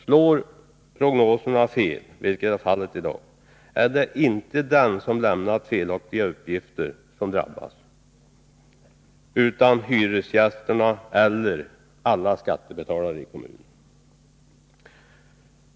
Slår prognoserna fel, vilket är fallet i dag, är det inte den som lämnat felaktiga uppgifter som drabbas utan hyresgästerna eller alla skattebetalarna i kommunen.